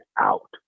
out